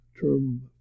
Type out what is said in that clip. term